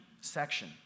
section